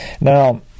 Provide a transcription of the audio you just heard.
Now